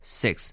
six